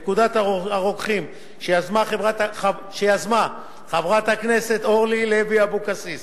לפקודת הרוקחים שיזמה חברת הכנסת אורלי לוי אבקסיס,